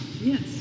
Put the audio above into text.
Yes